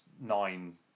nine